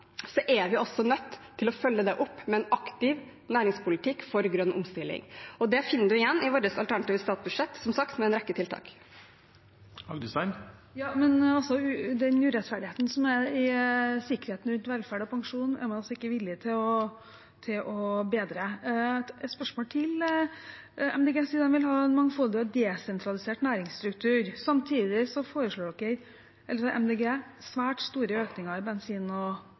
er vi også nødt til å følge det opp med en aktiv næringspolitikk for grønn omstilling. Det finner man igjen i vårt alternative statsbudsjett, som sagt, med en rekke tiltak. Ja, men urettferdigheten rundt sikkerhet for velferd og pensjon er man ikke villig til å bedre. Et spørsmål til: Miljøpartiet De Grønne sier man vil ha en mangfoldig og desentralisert næringsstruktur, men samtidig foreslås svært store økninger i bensin- og dieselavgiftene. Synes Miljøpartiet De Grønne det er et godt signal til familier og bedrifter rundt om